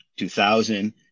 2000